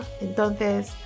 Entonces